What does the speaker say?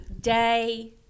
Day